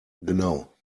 genau